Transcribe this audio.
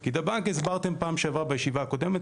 כי את הבנק הסברתם בפעם שעברה בישיבה הקודמת,